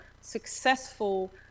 successful